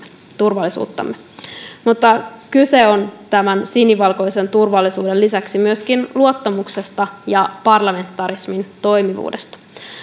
turvallisuuttamme mutta kyse on tämän sinivalkoisen turvallisuuden lisäksi myöskin luottamuksesta ja parlamentarismin toimivuudesta